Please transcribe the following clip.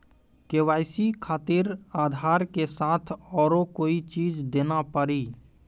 KYC खातिर आधार के साथ औरों कोई चीज देना पड़ी?